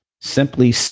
simply